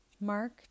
Mark